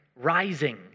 rising